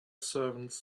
servants